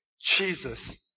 Jesus